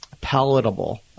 palatable